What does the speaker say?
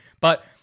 But-